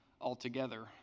altogether